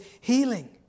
healing